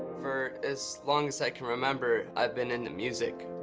for as long as i can remember, i've been into music.